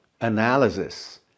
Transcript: analysis